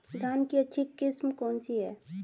धान की अच्छी किस्म कौन सी है?